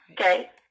Okay